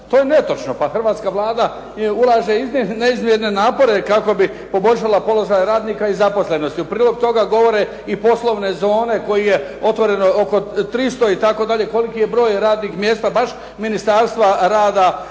To je netočno. Pa hrvatska Vlada ulaže neizmjerne napore kako bi poboljšala položaje radnika i zaposlenosti. U prilog toga govore i poslovne zone koje su otvorene, oko 300 itd., koliki je broj radnih mjesta baš Ministarstva rada,